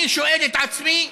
אני שואל את עצמי: